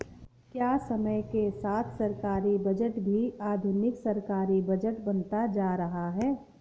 क्या समय के साथ सरकारी बजट भी आधुनिक सरकारी बजट बनता जा रहा है?